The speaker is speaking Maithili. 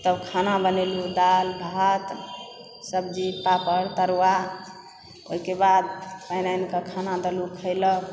तब खाना बनेलहुँ दालि भात सब्जी पापड़ तरुआ ओहिके बाद पानि आनि कऽ खाना देलहुँ खैलक